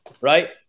right